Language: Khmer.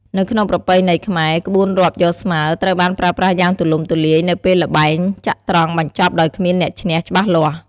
នៅក្នុងប្រពៃណីខ្មែរ ក្បួនរាប់យកស្មើត្រូវបានប្រើប្រាស់យ៉ាងទូលំទូលាយនៅពេលល្បែងចត្រង្គបញ្ចប់ដោយគ្មានអ្នកឈ្នះច្បាស់លាស់។